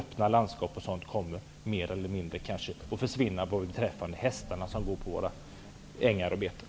Öppna landskap, som är beroende av att hästarna går och betar på ängarna, kommer kanske mer eller mindre att försvinna.